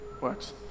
Works